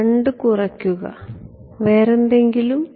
2 കുറയ്ക്കുക വേറെന്തെങ്കിലും